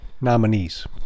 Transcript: Nominees